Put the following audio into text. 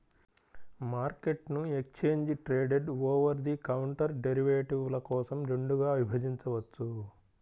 మార్కెట్ను exchange traded, over the counter డెరివేటివ్ల కోసం రెండుగా విభజించవచ్చు